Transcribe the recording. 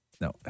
No